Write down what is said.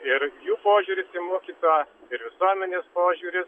ir jų požiūris į mokytoją ir visuomenės požiūris